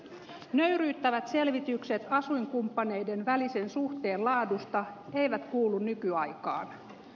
nyt ne ylittävät selvitykset asuinkumppaneiden välisen suhteen laadusta eivät kuulu nykyaikaan